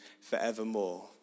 forevermore